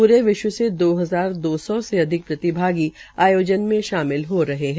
पूरे विश्व से सात हजार दो सौ से अधिक प्रतिभागी आयोजन में शामिल हो रहे है